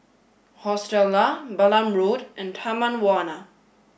Hostel Lah Balam Road and Taman Warna